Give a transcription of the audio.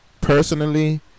personally